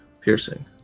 Piercing